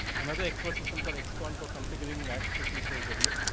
another expert system call expand for configuring vat system so was developed.